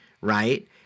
right